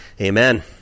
Amen